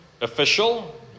official